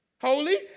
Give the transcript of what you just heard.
Holy